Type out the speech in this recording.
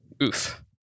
oof